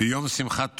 ביום שמחת תורה,